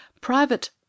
Private—